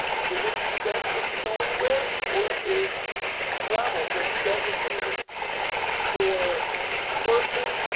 women don't get to go anywhere, or is travel just designated for smirking,